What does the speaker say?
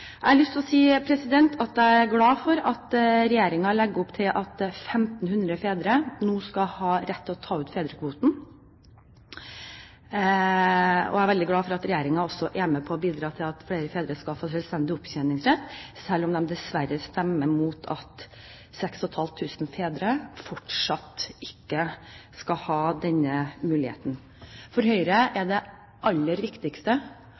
Jeg har lyst til å si at jeg er glad for at regjeringen legger opp til at 1 500 fedre nå skal ha rett til å ta ut fedrekvoten. Og jeg er veldig glad for at regjeringen nå er med på å bidra til at flere fedre skal få selvstendig opptjeningsrett, selv om de dessverre stemmer mot forslaget om at 6 500 fedre skal få denne muligheten. For Høyre er det aller viktigste